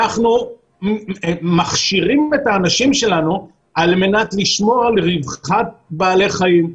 אנחנו מכשירים את האנשים שלנו על מנת לשמור על רווחת בעלי חיים,